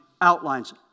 outlines